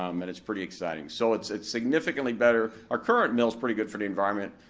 um and it's pretty exciting. so it's it's significantly better, our current mill's pretty good for the environment,